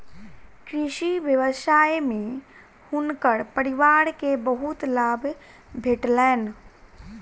कृषि व्यवसाय में हुनकर परिवार के बहुत लाभ भेटलैन